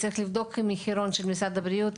צריך לבדוק את המחירון של משרד הבריאות.